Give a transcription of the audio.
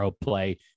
play